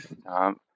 stop